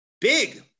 Big